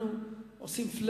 אנחנו עושים flat.